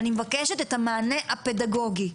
אני מבקשת את המענה הפדגוגי,